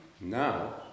Now